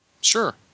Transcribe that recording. Sure